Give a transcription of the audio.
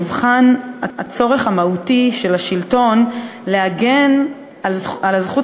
נבחן הצורך המהותי של השלטון להגן על הזכות